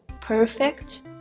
perfect